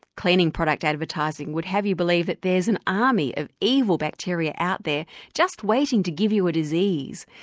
cleaning product advertising would have you believe that there is an army of evil bacteria out there just waiting to give you a disease.